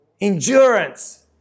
endurance